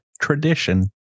tradition